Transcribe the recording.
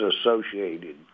associated